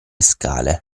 scale